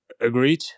agreed